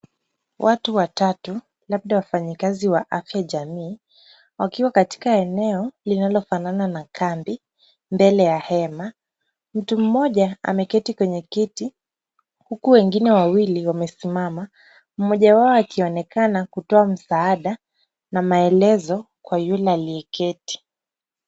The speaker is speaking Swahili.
Watu watatu labda wafanyikazi wa afya jamii, wakiwa katika eneo linalofanana na kambi mbele ya hema. Mtu mmoja ameketi kwenye kiti, huku wengine wawili wamesimama, mmoja wao akionekana kutoa msaada na maelezo kwa yule aliyeketi.